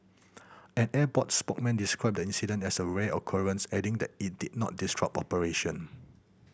an airport spokesman described the incident as a rare occurrence adding that it did not disrupt operation